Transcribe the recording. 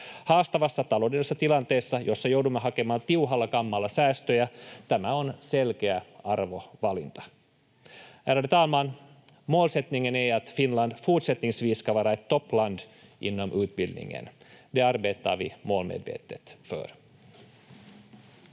Haastavassa taloudellisessa tilanteessa, jossa joudumme hakemaan tiuhalla kammalla säästöjä, tämä on selkeä arvovalinta. Ärade talman! Målsättningen är att Finland fortsättningsvis ska vara ett toppland inom utbildningen. Det arbetar vi målmedvetet för.